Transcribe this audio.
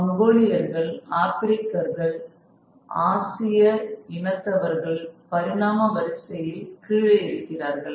மங்கோலியர்கள் ஆப்பிரிக்கர்கள் ஆசிய இனத்தவர்கள் பரிணாம வரிசையில் கீழே இருக்கிறார்கள்